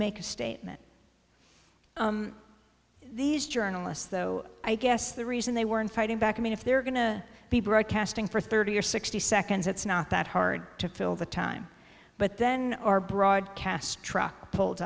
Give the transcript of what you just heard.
make a statement these journalists though i guess the reason they were in fighting back i mean if they're going to be broadcasting for thirty or sixty seconds it's not that hard to fill the time but then our broadcast truck pulled